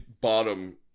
bottom